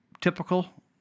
typical